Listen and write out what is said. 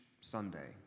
Sunday